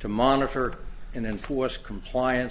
to monitor and enforce compliance